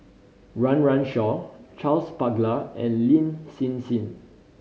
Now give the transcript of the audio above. Run Run Shaw Charles Paglar and Lin Hsin Hsin